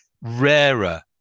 rarer